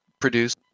produce